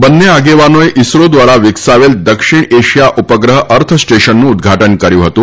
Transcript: બંને આગેવાનોએ ઇસરો દ્વારા વિકસાવેલ દક્ષિણ એશિયા ઉપગ્રહ અર્થસ્ટેશનનું ઉદઘાટન કર્યું હતું